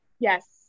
Yes